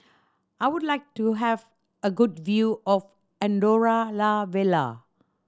I would like to have a good view of Andorra La Vella